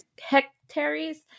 hectares